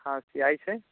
हँ सिआइ छै